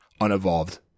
unevolved